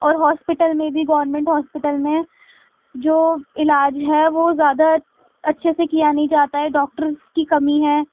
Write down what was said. اور ہاسپیٹل میں بھی گورنمنٹ ہاسپیٹل میں جو علاج ہے وہ زیادہ اچھے سے کیا نہیں جاتا ہے ڈاکٹرس کی کمی ہے